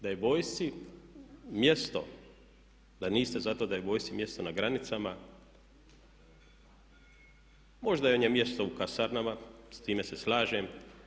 Da je vojsci mjesto da niste za to da je vojsci mjesto na granicama možda im je mjesto u kasarnama, s time se slažem.